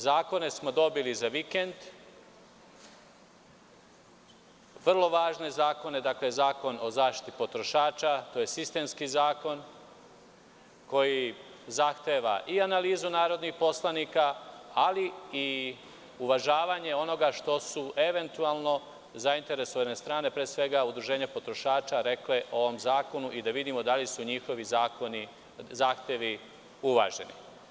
Zakone smo dobili za vikend, vrlo važne zakone, Zakon o zaštiti potrošača, to je sistemski zakon koji zahteva i analizu narodnih poslanika, ali i uvažavanje onoga što su eventualno zainteresovane strane, pre svega udruženja potrošača rekle o ovom zakonu i da vidimo da li su njihovi zahtevi uvaženi.